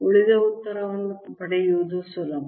ಉಳಿದ ಉತ್ತರವನ್ನು ಪಡೆಯುವುದು ಸುಲಭ